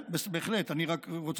אני אדבר על זה.